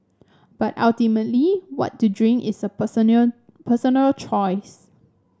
but ultimately what to drink is a personal choice